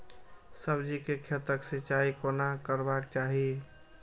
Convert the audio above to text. सब्जी के खेतक सिंचाई कोना करबाक चाहि?